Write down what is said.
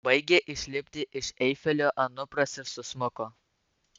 baigė išlipti iš eifelio anupras ir susmuko